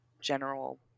general